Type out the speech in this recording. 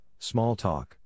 Smalltalk